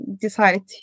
decided